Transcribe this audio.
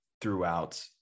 throughout